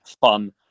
fun